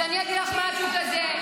אז אני אגיד לך משהו כזה,